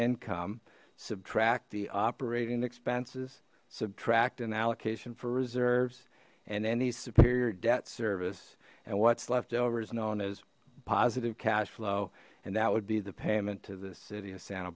income subtract the operating expenses subtract an allocation for reserves and any superior debt service and what's left over is known as positive cash flow and that would be the payment to the city of santa